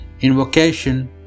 invocation